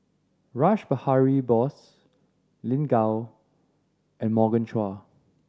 Rash Behari Bose Lin Gao and Morgan Chua